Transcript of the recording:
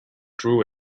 drew